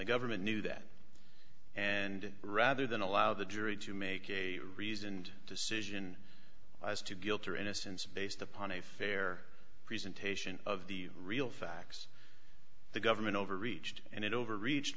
the government knew that and rather than allow the jury to make a reasoned decision as to guilt or innocence based upon a fair presentation of the real facts the government overreached and it overreached